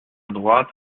droite